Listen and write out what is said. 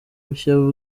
bushya